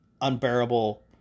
unbearable